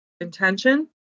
intention